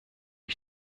ich